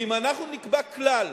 ואם אנחנו נקבע כלל